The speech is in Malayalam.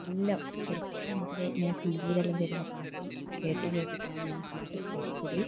എല്ലാം ചെറുപ്പം മുതലേ ഇങ്ങനെ ടി വിലെല്ലാം വരുന്ന പാട്ട് കേട്ട് കേട്ടിട്ടാണ് ഞാൻ പാട്ട് പഠിച്ചത്